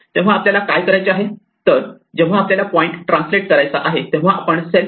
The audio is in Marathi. तेव्हा आपल्याला काय करायचे आहे तर जेव्हा आपल्याला पॉईंट ट्रान्सलेट करायचा आहे तेव्हा आपण सेल्फ